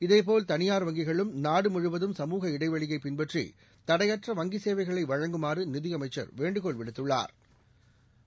இதேபோல தனியார் வங்கிகளும் நாடு முழுவதும் சமூக இடைவெளியை பின்பற்றி தடையற்ற வங்கி சேவைகளை வழங்குமாறு நிதியமைச்சா் வேண்டுகோள் விடுத்துள்ளாா்